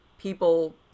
people